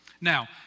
Now